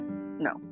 No